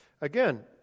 Again